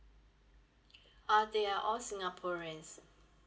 uh they are all singaporeans